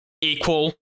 equal